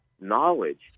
knowledge